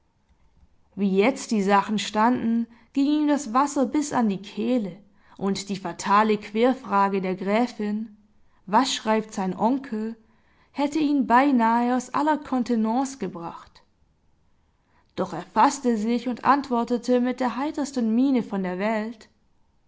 wie jetzt die sachen standen ging ihm das wasser bis an die kehle und die fatale querfrage der gräfin was schreibt sein onkel hätte ihn beinahe aus aller kontenance gebracht doch er faßte sich und antwortete mit der heitersten miene von der welt